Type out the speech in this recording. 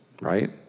right